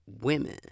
women